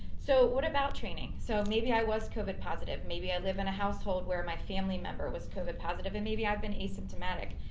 so what about training? so maybe i was covid positive, maybe i live in a household where my family member was covid positive and maybe i've been asymptomatic.